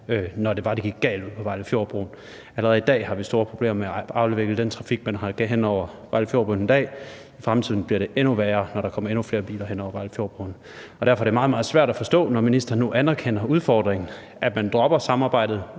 var, det gik galt ved Vejlefjordbroen. Allerede i dag har vi store problemer med at afvikle den trafik, der går hen over Vejlefjordbroen, og for fremtiden bliver det endnu værre, når der kommer endnu flere biler over Vejlefjordbroen. Derfor er det meget, meget svært at forstå – når ministeren nu anerkender udfordringen – at man dropper samarbejdet